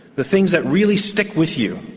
the things that really stick with you,